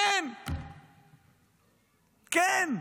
והקואליציה עונה: כן,